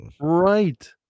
Right